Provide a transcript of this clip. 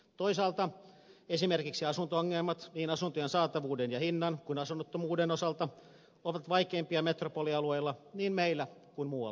toisaalta esimerkiksi asunto ongelmat niin asuntojen saatavuuden ja hinnan kuin asunnottomuuden osalta ovat vaikeimpia metropolialueilla niin meillä kuin muuallakin